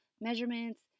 measurements